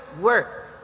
work